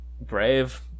brave